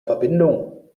verbindung